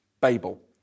Babel